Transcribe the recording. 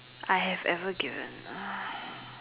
I have ever given uh